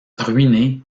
ruiné